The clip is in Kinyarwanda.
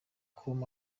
com